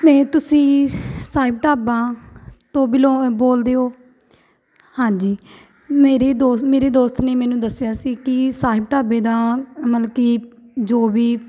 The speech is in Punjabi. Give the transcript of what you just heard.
ਇਹ ਤੁਸੀਂ ਸਾਹਿਬ ਢਾਬਾ ਤੋਂ ਬਿਲੋ ਬੋਲਦੇ ਹੋ ਹਾਂਜੀ ਮੇਰੀ ਦੋ ਮੇਰੇ ਦੋਸਤ ਨੇ ਮੈਨੂੰ ਦੱਸਿਆ ਸੀ ਕਿ ਸਾਹਿਬ ਢਾਬੇ ਦਾ ਮਤਲਬ ਕਿ ਜੋ ਵੀ